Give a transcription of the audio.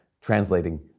translating